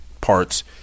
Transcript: parts